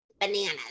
bananas